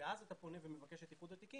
ואז אתה פונה ומבקש את איחוד התיקים,